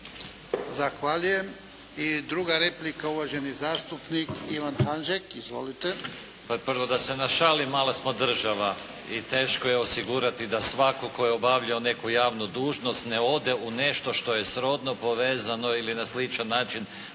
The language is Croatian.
Zahvaljujem. I druga replika uvaženi zastupnik Ivan Hanžek. Izvolite. **Hanžek, Ivan (SDP)** Prvo da se našalim, mala smo država i teško je osigurati da svatko tko je obavljao neku javnu dužnost ne ode u nešto što je srodno povezano ili na sličan način